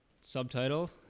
subtitle